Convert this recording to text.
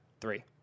Three